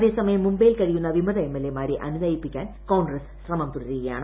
അതേസമയം മുംബൈയിൽ കഴിയുന്നു വിമത എംഎൽഎമാരെ അനുനയിപ്പിക്കാൻ കോൺഗ്രസ്പൂശമർ തുടരുകയാണ്